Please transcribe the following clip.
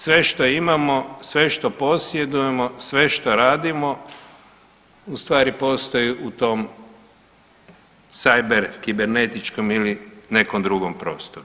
Sve što imamo, sve što posjedujemo, sve što radimo u stvari postoji u tom cyber kibernetičkom ili nekom drugom prostoru.